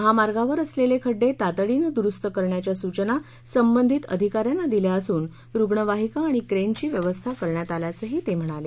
महामार्गावर असलेले खड्डे तातडीनं दुरुस्त करण्याच्या सूचना संबंधित आधिका यांना दिल्या असून रुग्णवाहिका आणि क्रेनची व्यवस्था करण्यात आल्याचंही ते म्हणाले